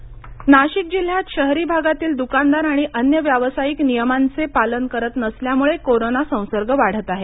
छगन भ्जबळ नाशिक जिल्ह्यात शहरी भागातील दुकानदार आणि अन्य व्यावसायिक नियमांचे पालन करत नसल्यामुळे कोरोना संसर्ग वाढत आहे